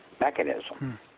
mechanism